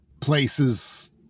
places